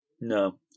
No